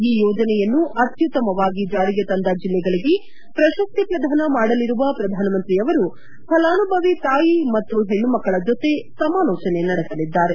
ಈ ಯೋಜನೆಯನ್ನು ಅತ್ಯುತ್ತಮವಾಗಿ ಜಾರಿಗೆ ತಂದ ಜಿಲ್ಲೆಗಳಿಗೆ ಪ್ರಶಸ್ತಿ ಪ್ರಧಾನ ಮಾಡಲಿರುವ ಪ್ರಧಾನಮಂತ್ರಿಯವರು ಫಲಾನುಭವಿ ತಾಯಿ ಮತ್ತು ಹೆಣ್ಣುಮಕ್ಕಳ ಜೊತೆ ಸಮಾಲೋಚನೆ ನಡೆಸಲಿದ್ದಾರೆ